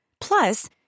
Plus